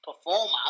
performer